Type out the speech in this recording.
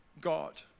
God